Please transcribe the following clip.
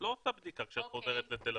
את לא עושה בדיקה כשאת חוזרת לתל-אביב.